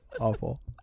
Awful